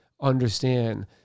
understand